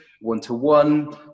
one-to-one